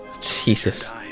Jesus